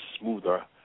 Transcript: smoother